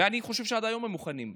ואני חושב שעד היום הם מוכנים,